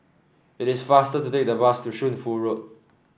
it is faster to take the bus to Shunfu Road